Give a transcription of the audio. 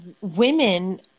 women